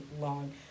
long